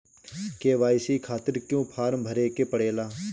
KYC खातिर क्यूं form भरे के पड़ेला?